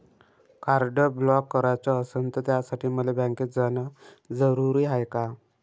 Card block कराच असनं त त्यासाठी मले बँकेत जानं जरुरी हाय का?